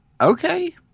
Okay